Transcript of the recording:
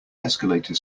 escalator